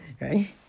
Right